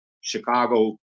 Chicago